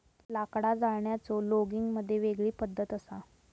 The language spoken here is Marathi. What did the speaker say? लाकडा जाळण्याचो लोगिग मध्ये वेगळी पद्धत असा